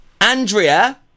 Andrea